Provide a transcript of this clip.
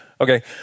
Okay